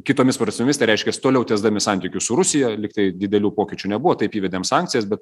kitomis prasmėmis tai reiškias toliau tęsdami santykius su rusija lyg tai didelių pokyčių nebuvo taip įvedėm sankcijas bet